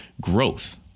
growth